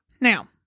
Now